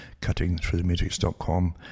cuttingthroughthematrix.com